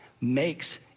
makes